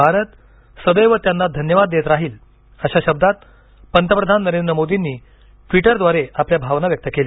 भारत सदैव त्यांना धन्यवाद देत राहील अशा शब्दात पंतप्रधान नरेंद मोदींनी ट्वीटरद्वारे आपल्या भावना व्यक्त केल्या